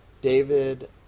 david